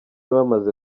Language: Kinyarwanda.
bamaze